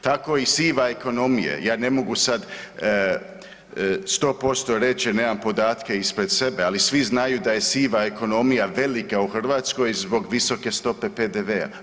Tako i siva ekonomija, ja ne mogu sad 100% reći jer nemam podatke ispred sebe, ali svi znaju da je siva ekonomija velika u Hrvatskoj zbog visoke stope PDV-a.